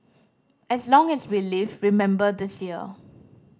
as long as we live remember this year